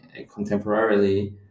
contemporarily